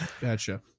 Gotcha